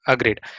Agreed